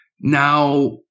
Now